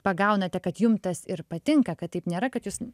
pagaunate kad jum tas ir patinka kad taip nėra kad jūs